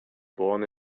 born